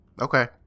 Okay